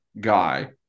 guy